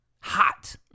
hot